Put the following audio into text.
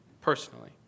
personally